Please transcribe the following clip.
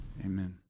Amen